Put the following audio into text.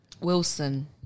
Wilson